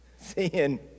Seeing